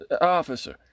Officer